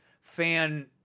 fan